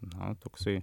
na toksai